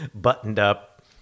buttoned-up